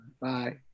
Bye